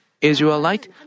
Israelite